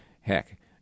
heck